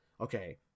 okay